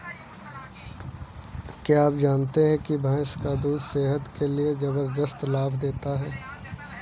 क्या आप जानते है भैंस का दूध सेहत के लिए जबरदस्त लाभ देता है?